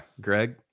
Greg